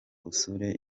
usure